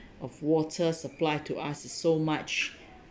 of water supply to us is so much